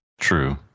True